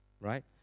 Right